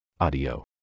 Audio